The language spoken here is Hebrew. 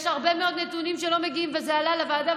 יש הרבה מאוד נתונים שלא מגיעים, וזה עלה בוועדה.